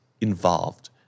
involved